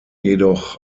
jedoch